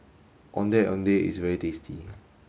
Ondeh Ondeh is very tasty